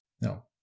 No